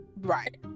right